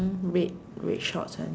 mm red red shorts one